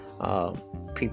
People